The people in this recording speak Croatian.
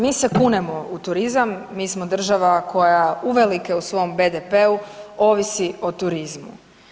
Mi se kunemo u turizam, mi smo država koja uvelike u svom BDP-u ovisi o turizmu.